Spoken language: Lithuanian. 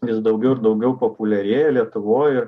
vis daugiau ir daugiau populiarėja lietuvoj